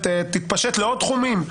תתפשט לעוד תחומים.